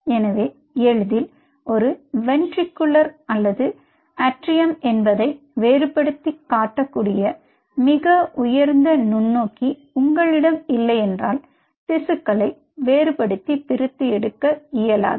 எனவே எளிதில் ஒரு வென்ட்ரிகுலர் அல்லது ஏட்ரியம் என்பதை வேறுபடுத்தி காட்டக்கூடிய மிக உயர்ந்த நுண்ணோக்கி உங்களிடம் இல்லையென்றால் திசுக்களை வேறுபடுத்தி பிரித்து எடுக்க முடியாது